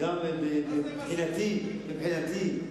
מבחינתי,